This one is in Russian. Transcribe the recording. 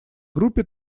группе